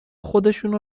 خودشونو